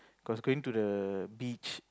cause going to the beach